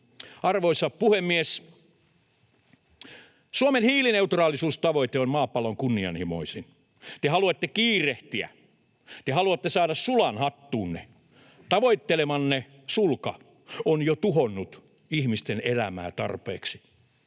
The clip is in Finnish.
Arvoisa puhemies! Suomen hiilineutraalisuustavoite on maapallon kunnianhimoisin. Te haluatte kiirehtiä, te haluatte saada sulan hattuunne. Tavoittelemanne sulka on jo tuhonnut ihmisten elämää tarpeeksi.